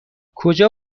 کجا